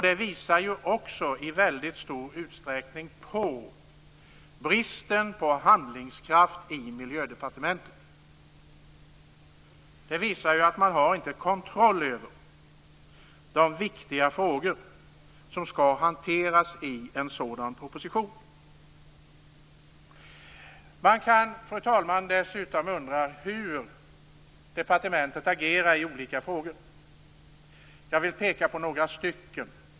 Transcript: Detta visar i stor utsträckning på bristen på handlingskraft i Miljödepartementet. Det visar att regeringen inte har kontroll över de viktiga frågor som skall hanteras i en sådan proposition. Fru talman! Man kan dessutom undra hur departementet agerar i olika frågor. Jag vill peka på några stycken.